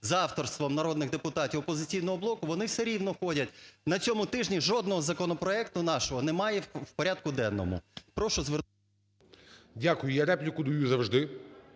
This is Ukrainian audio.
за авторством народних депутатів "Опозиційного блоку", вони все рівно ходять. На цьому тижні жодного законопроекту нашого немає в порядку денному. Прошу звернути… ГОЛОВУЮЧИЙ. Дякую. Я репліку даю завжди,